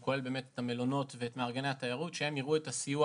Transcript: הוא פועל באמת --- שהם יראו את הסיוע